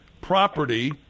property